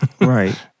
Right